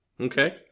Okay